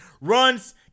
Runs